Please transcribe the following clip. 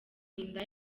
inda